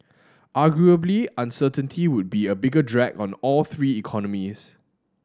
arguably uncertainty would be a bigger drag on all three economies